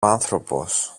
άνθρωπος